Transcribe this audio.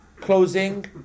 closing